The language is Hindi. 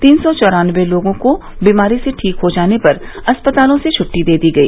तीन सौ चौरानबे लोगों को बीमारी से ठीक हो जाने पर अस्पतालों से छट्टी दे दी गई